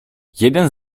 jeden